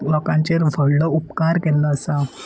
लोकांचेर व्हडलो उपकार केल्लो आसा